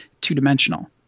two-dimensional